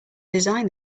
design